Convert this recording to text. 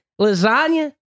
lasagna